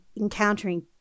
encountering